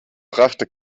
brachte